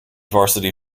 varsity